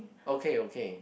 okay okay